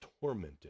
tormented